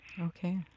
Okay